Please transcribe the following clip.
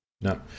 No